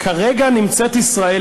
כרגע נמצאת ישראל,